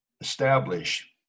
establish